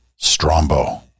Strombo